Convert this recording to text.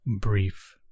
brief